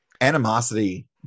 animosity